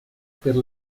per